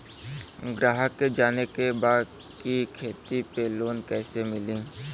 ग्राहक के जाने के बा की खेती पे लोन कैसे मीली?